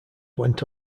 went